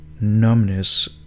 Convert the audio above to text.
numbness